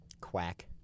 Quack